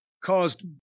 caused